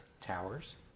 towers